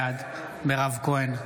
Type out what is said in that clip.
בעד מירב כהן,